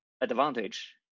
advantage